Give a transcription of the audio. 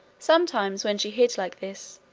sometimes when she hid like this,